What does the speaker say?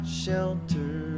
shelter